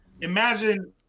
imagine